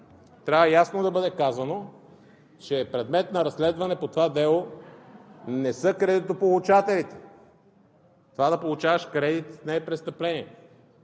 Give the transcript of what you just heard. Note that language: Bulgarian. трябва ясно да бъде казано, че предмет на разследване по това дело не са кредитополучателите – да получаваш кредит не е престъпление.